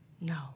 No